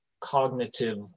cognitive